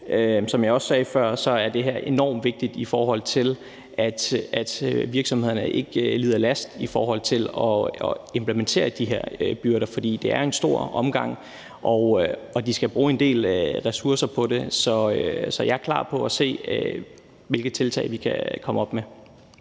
Som jeg også sagde før, er det enormt vigtigt, for at virksomhederne ikke lider overlast ved at implementere de her byrder. For det er en stor omgang, og de skal bruge en del ressourcer på det. Så jeg er klar på at se, hvilke tiltag vi kan komme op med.